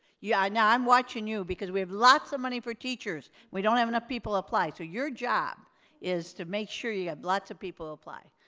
yeah, now i'm watching you because we have lots of money for teachers. we don't have enough people apply so your job is to make sure you have lots of people apply.